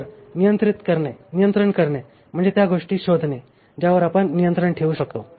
तर नियंत्रण करणे म्हणजे त्या गोष्टी शोधणे ज्यावर आपण नियंत्रण ठेवू शकतो